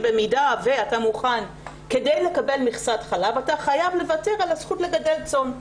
שכדי לקבל מכסת חלב אתה חייב לוותר על הזכות לגדל צאן.